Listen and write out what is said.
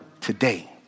today